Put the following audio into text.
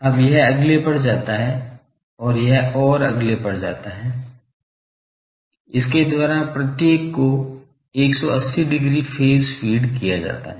और अब यह अगले पर जाता है और यह और एक अगले पर जाता है इसके द्वारा प्रत्येक को 180 डिग्री फेज फीड किया जाता है